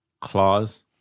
claws